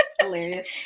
hilarious